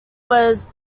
was